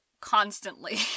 constantly